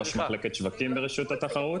ראש מחלקת שווקים ברשות התחרות.